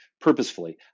purposefully